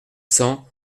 cent